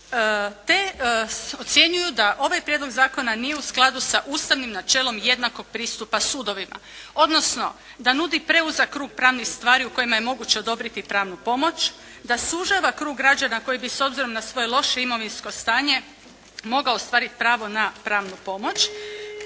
te ocjenjuju da ovaj Prijedlog zakona nije u skladu sa Ustavnim načelom jednakog pristupa sudovima, odnosno da nudi preuzak krug pravnih stvari u kojima je moguće odobriti pravnu pomoć, da sužava krug građana koji bi s obzirom na svoje lošije imovinsko stanje mogao ostvariti pravo na pravnu pomoć,